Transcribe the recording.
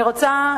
אני רוצה,